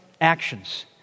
actions